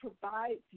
provides